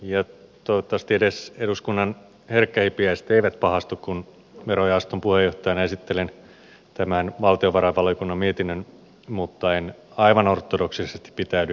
ja toivottavasti edes eduskunnan herkkähipiäiset eivät pahastu kun verojaoston puheenjohtajana esittelen tämän valtiovarainvaliokunnan mietinnön mutta en aivan ortodoksisesti pitäydy mietinnön sanamuodossa